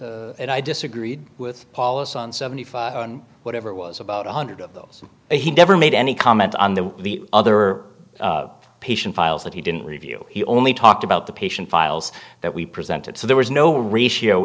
that i disagreed with paulus on seventy five whatever it was about one hundred of those he never made any comment on the other patient files that he didn't review he only talked about the patient files that we presented so there was no ratio